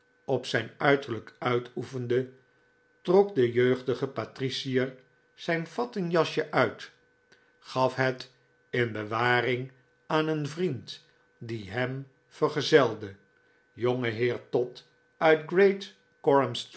op zijn uiterlijk uitoefende trok de jeugdige patricier zijn fattenjatsje uit gaf het in bewaring aan een vriend die hem vergezelde jongeheer todd